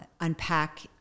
unpack